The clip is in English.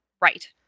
Right